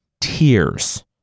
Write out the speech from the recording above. Tears